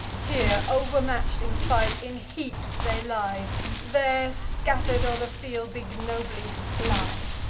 here, overmatch'd in fight, in heaps they lie there, scatter'd o'er the fields, ignobly fly.